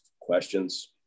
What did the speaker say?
questions